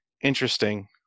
interesting